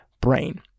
brain